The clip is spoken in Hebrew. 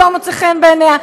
שלא מוצאות חן בעיניה,